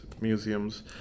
museums